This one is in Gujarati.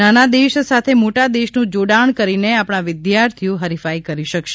નાના દેશ સાથે મોટા દેશનું જોડાણ કરીને આપણા વિદ્યાર્થીઓ હરિફાઈ કરી શકશે